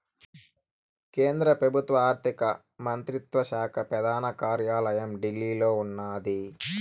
కేంద్ర పెబుత్వ ఆర్థిక మంత్రిత్వ శాక పెదాన కార్యాలయం ఢిల్లీలో ఉన్నాది